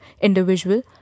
individual